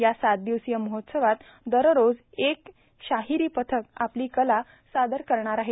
या सात दिवसीय महोत्सवात दररोज एक शाहीरी पथक आपली कला सादर करणार आहे